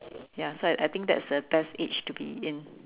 ya so I I think that's the best age to be in